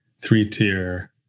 three-tier